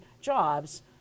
jobs